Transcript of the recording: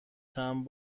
چند